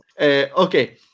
Okay